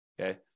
okay